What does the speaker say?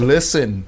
Listen